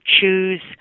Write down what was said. choose